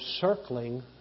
circling